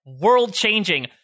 world-changing